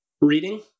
Reading